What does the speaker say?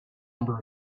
number